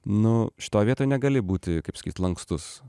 nu šitoj vietoj negali būti kaip sakyt lankstus